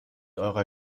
eurer